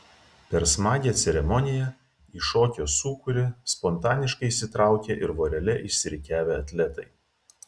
per smagią ceremoniją į šokio sūkurį spontaniškai įsitraukė ir vorele išsirikiavę atletai